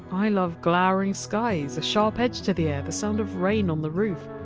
i love glowering skies, a sharp edge to the air, the sound of rain on the roof.